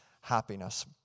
happiness